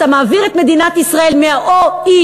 אתה מעביר את מדינת ישראל ב-OECD,